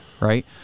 Right